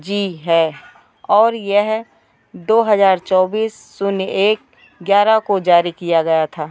जी है और यह दो हज़ार चौबीस शून्य एक ग्यारह को जारी किया गया था